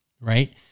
right